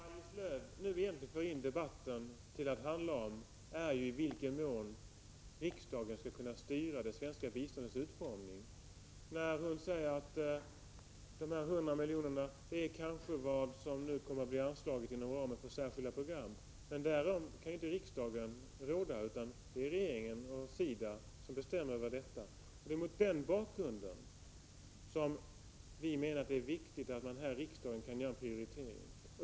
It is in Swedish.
Herr talman! Vad Maj-Lis Lööw nu egentligen vill få debatten att handla om är i vilken mån riksdagen skall kunna styra det svenska biståndets utformning. Hon säger att de här 100 miljonerna kanske är den summa som kommer att anslås inom ramen för Särskilda program. Men däröver kan inte riksdagen råda, utan det är regeringen och SIDA som bestämmer om den saken. Mot den bakgrunden menar vi att det är viktigt att riksdagen kan göra en prioritering.